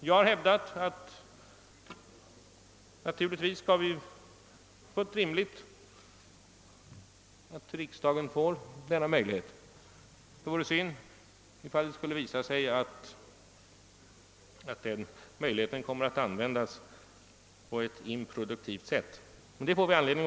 Jag har hävdat att det är rimligt att riksdagen får denna möjlighet och det vore synd om det skulle visa sig att den möjligheten kommer att användas på ett improduktivt sätt.